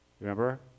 Remember